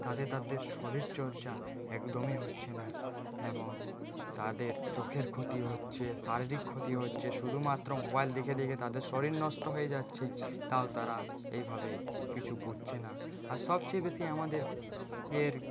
তাতে তাদের শরীরচর্চা একদমই হচ্ছে না এবং তাদের চোখের ক্ষতি হচ্ছে শারীরিক ক্ষতি হচ্ছে শুধুমাত্র মোবাইল দেখে দেখে তাদের শরীর নষ্ট হয়ে যাচ্ছে তাও তারা এইভাবে কিছু বুঝছেনা আর সবচেয়ে বেশি আমাদের এর